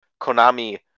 Konami